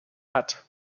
hat